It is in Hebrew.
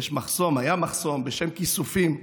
יש מחסום, היה מחסום בשם "כיסופים"